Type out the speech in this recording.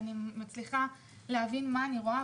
אני מצליחה להבין מה אני רואה,